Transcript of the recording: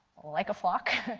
like a flock,